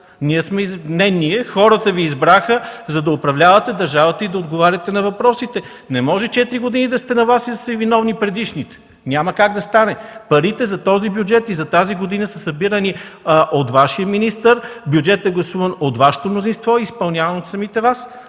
не ние, хората Ви избраха, за да управлявате държавата и да отговаряте на въпросите? Не може четири години да сте на власт и да са Ви виновни предишните. Няма как да стане. Парите за този бюджет и за тази година са събирани от Вашия министър. Бюджетът е гласуван от Вашето мнозинство и изпълняван от самите Вас.